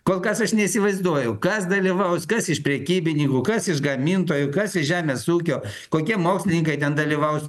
kol kas aš neįsivaizduoju kas dalyvaus kas iš prekybininkų kas iš gamintojų kas iš žemės ūkio kokie mokslininkai ten dalyvaus